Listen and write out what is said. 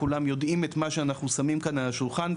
כולם יודעים את מה שאנחנו שמים כאן על השולחן,